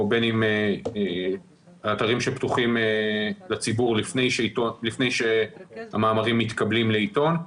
או בין אם האתרים שפתוחים לציבור לפני שהמאמרים מתקבלים לעיתון.